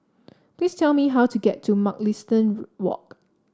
please tell me how to get to Mugliston Walk